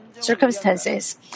circumstances